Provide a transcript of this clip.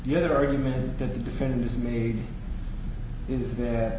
the other argument that the defendant has made is that